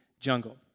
Jungle